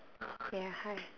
ya hi